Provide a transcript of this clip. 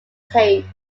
tape